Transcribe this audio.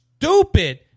stupid